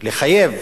לחייב